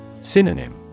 Synonym